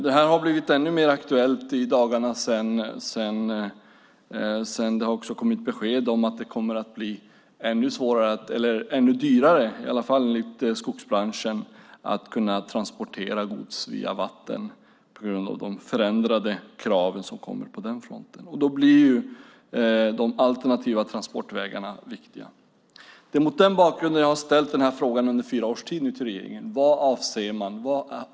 Det här har blivit ännu mer aktuellt i dagarna sedan det har kommit besked om att det kommer att bli ännu dyrare, i alla fall enligt skogsbranschen, att transportera gods via vatten på grund av de förändrade kraven på den fronten. Då blir de alternativa transportvägarna viktiga. Det är mot den bakgrunden som jag i fyra års tid har ställt den här frågan till regeringen.